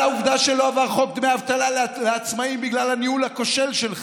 על העובדה שלא עבר חוק דמי אבטלה לעצמאים בגלל הניהול הכושל שלך,